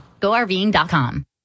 GoRVing.com